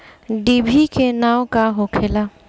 डिभी के नाव का होखेला?